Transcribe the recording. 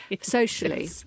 socially